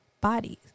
bodies